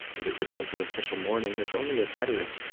they they but go into and official mourning, and it's only a veteran